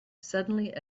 suddenly